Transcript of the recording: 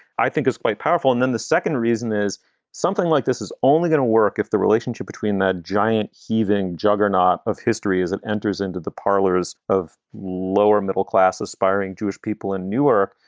i think it's quite powerful and then the second reason is something like this is only going to work if the relationship between that giant heaving juggernaut of history, it and enters into the parlors of lower middle class aspiring jewish people and newer.